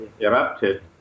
erupted